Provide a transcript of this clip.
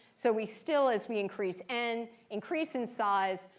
so we still, as we increase n, increase in size.